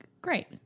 great